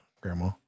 grandma